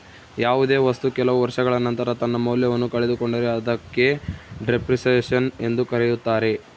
ಯಾವುದೇ ವಸ್ತು ಕೆಲವು ವರ್ಷಗಳ ನಂತರ ತನ್ನ ಮೌಲ್ಯವನ್ನು ಕಳೆದುಕೊಂಡರೆ ಅದಕ್ಕೆ ಡೆಪ್ರಿಸಸೇಷನ್ ಎಂದು ಕರೆಯುತ್ತಾರೆ